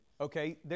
Okay